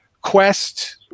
quest